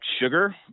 sugar